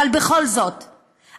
אבל בכל זאת,